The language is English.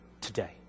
today